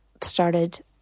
started